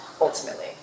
ultimately